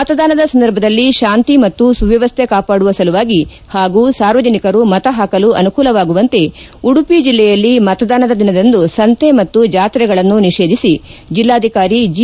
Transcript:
ಮತದಾನದ ಸಂದರ್ಭದಲ್ಲಿ ತಾಂತಿ ಮತ್ತು ಸುವ್ವವ್ಹೆ ಕಾಪಾಡುವ ಸಲುವಾಗಿ ಹಾಗೂ ಸಾರ್ವಜನಿಕರು ಮತ ಹಾಕಲು ಅನುಕೂಲವಾಗುವಂತೆ ಉಡುಪಿ ಜಲ್ಲೆಯಲ್ಲಿ ಮತದಾನದ ದಿನದಂದು ಸಂತೆ ಮತ್ತು ಜಾತ್ರೆಗಳನ್ನು ನಿಷೇಧಿಸಿ ಜಲ್ಲಾಧಿಕಾರಿ ಜಿ